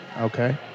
Okay